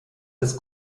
des